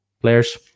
players